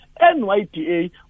NYTA